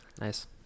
Nice